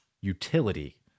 utility